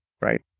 right